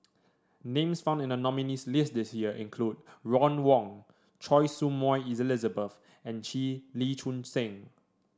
names found in the nominees' list this year include Ron Wong Choy Su Moi Elizabeth and Lee Choon Seng